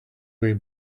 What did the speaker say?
way